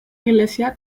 iglesia